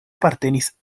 apartenis